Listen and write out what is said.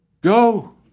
Go